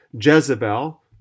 Jezebel